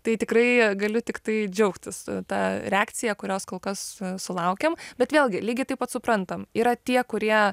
tai tikrai galiu tiktai džiaugtis ta reakcija kurios kol kas sulaukėm bet vėlgi lygiai taip pat suprantam yra tie kurie